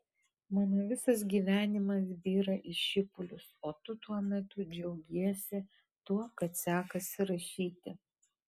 mano visas gyvenimas byra į šipulius o tu tuo metu džiaugiesi tuo kad sekasi rašyti